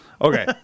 Okay